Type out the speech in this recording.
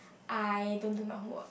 I don't do my homework